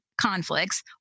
conflicts